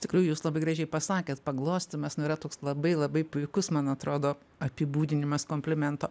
tikrai jūs labai gražiai pasakėt paglostymas nu yra toks labai labai puikus man atrodo apibūdinimas komplimento